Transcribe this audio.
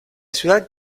ciudad